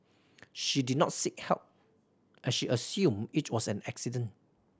she did not seek help as she assumed it was an accident